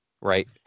right